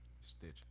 Stitch